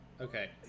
Okay